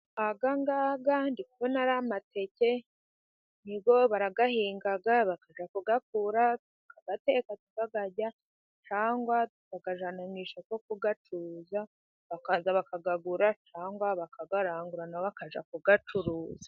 Aya ngaya ndimo kubona ari amateke barayahinga bajya kuyakura, tukayateka, tukayarya cyangwa bakayajyana kuyacuruza bakaza bakayagura cyangwa bakayarangura bakajya kuyacuruza.